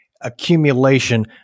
accumulation